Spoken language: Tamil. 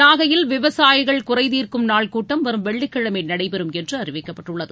நாகையில் விவசாயிகள் குறைதீர்க்கும் நாள் கூட்டம் வரும் வெள்ளிக்கிழமை நடைபெறும் என்று அறிவிக்கப்பட்டுள்ளது